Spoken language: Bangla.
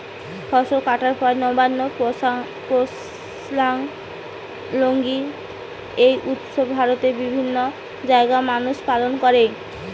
ফসল কাটার পর নবান্ন, পোঙ্গল, লোরী এই উৎসব ভারতের বিভিন্ন জাগায় মানুষ পালন কোরে